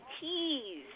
tease